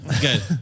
Good